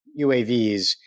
UAVs